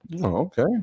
Okay